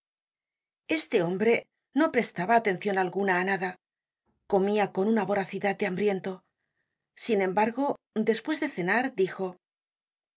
este hombre no prestaba atencion alguna á nada confia con una voracidad de hambriento sin embargo despues de cenar dijo